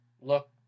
Look